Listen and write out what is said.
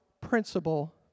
principle